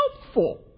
helpful